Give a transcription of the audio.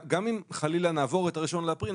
גם אם חלילה נעבור את האחד באפריל,